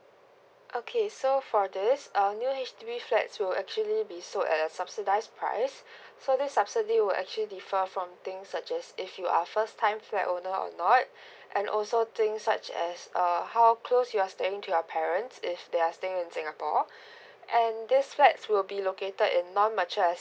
okay so for this a new flats will actually be sold at a subsidized price so the subsidy would actually differ from things such as if you are first time flat owner or not and also things such as err how close you are staying to your parents if they are staying in singapore and this flats will be located in non matured